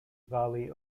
valley